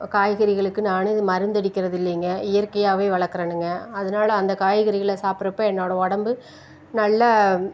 காய்கறிகளுக்கு நானும் மருந்து அடிக்கின்றது இல்லைங்க இயற்கையாகவே வளர்க்கிறேனுங்க அதனால அந்த காய்கறிகளை சாப்பிட்றப்ப என்னோடய உடம்பு நல்லா